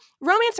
romance